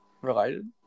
related